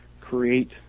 create